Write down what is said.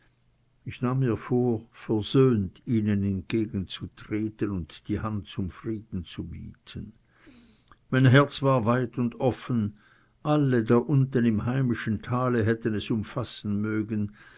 ich nahm mir vor versöhnt ihnen entgegen zu treten und die hand zum frieden zu bieten mein herz war weit und offen alle da unten im heimischen tale hätte es umfassen mögen